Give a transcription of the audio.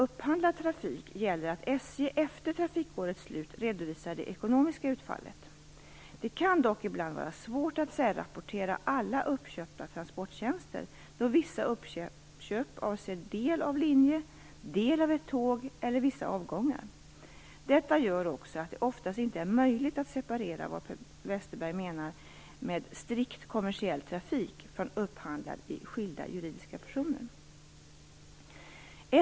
SJ efter trafikårets slut redovisar det ekonomiska utfallet. Det kan dock ibland vara svårt att särrapportera alla uppköpta transporttjänster, då vissa uppköp avser del av linje, del av ett tåg eller vissa avgångar. Detta gör också att det oftast inte är möjligt att separera vad Per Westerberg kallar strikt kommersiell trafik från upphandlad i skilda juridiska personer.